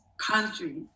country